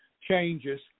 changes